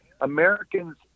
Americans